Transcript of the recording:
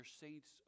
saints